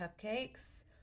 cupcakes